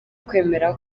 kwemera